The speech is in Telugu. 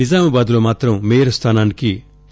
నిజామాబాద్ లో మాత్రం మేయర్ స్లానానికి టి